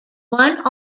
one